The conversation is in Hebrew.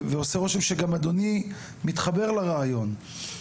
ועושה רושם שגם אדוני מתחבר לרעיון.